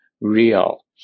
real